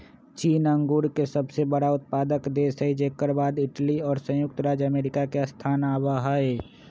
चीन अंगूर के सबसे बड़ा उत्पादक देश हई जेकर बाद इटली और संयुक्त राज्य अमेरिका के स्थान आवा हई